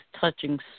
touching